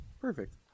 perfect